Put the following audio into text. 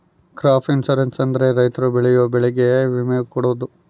crop insurance ಅಂದ್ರೆ ರೈತರು ಬೆಳೆಯೋ ಬೆಳೆಗೆ ವಿಮೆ ಕೊಡೋದು